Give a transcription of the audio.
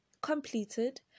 completed